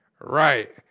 right